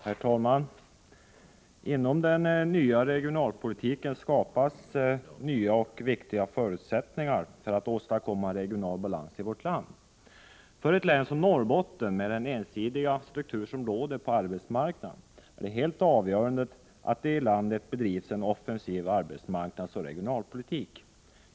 Herr talman! Inom regionalpolitiken skapas nu nya och viktiga förutsättningar för att åstadkomma regional balans i vårt land. För ett län som Norrbotten, med den ensidiga struktur som råder på arbetsmarknaden, är det helt avgörande att det i landet bedrivs en offensiv arbetsmarknadsoch regionalpolitik.